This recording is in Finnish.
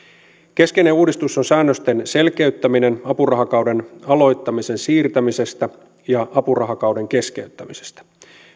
keskeinen uudistus on säännösten selkeyttäminen apurahakauden aloittamisen siirtämisestä ja apurahakauden keskeyttämisestä